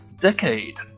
decade